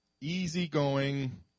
easygoing